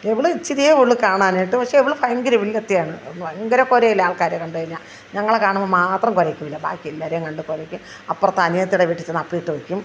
ഇവൾ ഇച്ചിരിയെ ഉള്ളു കാണാനായിട്ട് പക്ഷേ ഇവൾ ഭയങ്കര വില്ലത്തിയാണ് ഭയങ്കര കൊരയലാണ് ആൾക്കാരെ കണ്ടുകഴിഞ്ഞാൽ ഞങ്ങളെ കാണുമ്പം മാത്രം കൊരയ്ക്കില്ല ബാക്കി എല്ലാവരെയും കണ്ട കുരയ്ക്കും അപ്പുറത്ത് അനിയത്തിയുടെ വീട്ടിൽ ചെന്ന് അപ്പിയിട്ട് വെയ്ക്കും